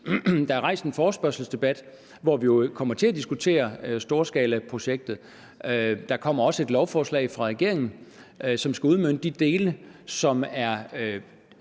Der er rejst en forespørgselsdebat, hvor vi jo kommer til at diskutere storskalaprojektet. Der kommer også et lovforslag fra regeringen, som skal udmønte de dele, som har